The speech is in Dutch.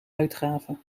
uitgave